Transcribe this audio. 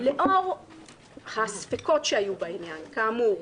לאור הספיקות שהיו בעניין כאמור,